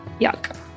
Yuck